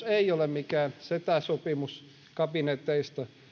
ei ole mikään setäsopimus kabineteista